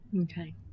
Okay